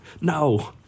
No